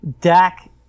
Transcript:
Dak